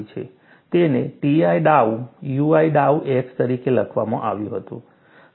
તેને Ti ડાઉ ui ડાઉ x તરીકે લખવામાં આવ્યું હતું